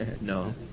No